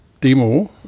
demo